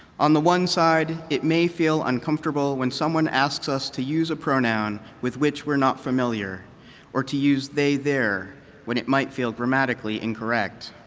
on the one side, it may feel un uncomfortable when someone asks us to use a pronoun with which we're not familiar or to use they their when it might feel grammatically incorrect.